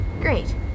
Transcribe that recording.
Great